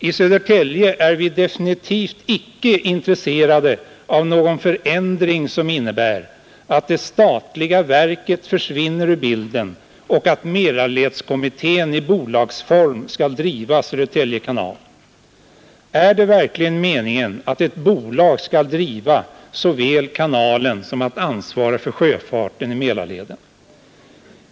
I Södertälje är vi definitivt icke intresserade av någon förändring som innebär att det statliga verket försvinner ur bilden och att Mälarledskommittén i bolagsform skall driva Södertälje kanal. Är det verkligen meningen att ett bolag skall såväl driva kanalen som ansvara för sjöfarten i Mälarleden?